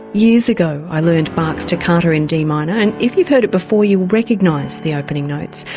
years ago i learned bach's toccata in d minor and if you've heard it before you'll recognise the opening notes.